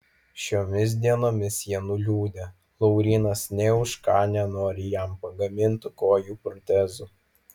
šiomis dienomis jie nuliūdę laurynas nė už ką nenori jam pagamintų kojų protezų